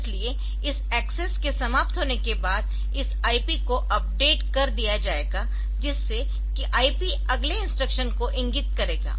इसलिए इस एक्सेस के समाप्त होने के बाद इस IP को अपडेट कर दिया जाएगा जिससे कि IP रजिस्टर अगले इंस्ट्रक्शन को इंगित करेगा